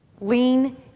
Lean